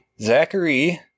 Zachary